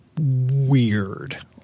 weird